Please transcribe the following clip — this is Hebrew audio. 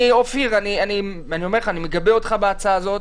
אופיר, אני אומר לך, אני מגבה אותך בהצעה הזאת,